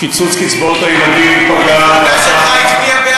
קיצוץ קצבאות הילדים פגע, המפלגה שלך הצביעה